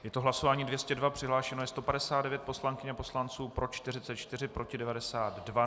Je to hlasování 202, přihlášeno je 159 poslankyň a poslanců, pro 44, proti 92.